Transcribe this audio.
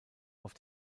auf